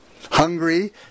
hungry